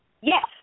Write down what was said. Yes